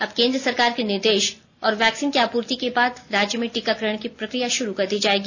अब केन्द्र सरकार के निर्देश और वैक्सीन की आपूर्ति के बाद राज्य में टीकाकरण की प्रकिया शुरू कर दी जायेगी